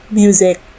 music